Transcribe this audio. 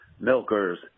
milkers